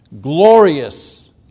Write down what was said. glorious